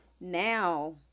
now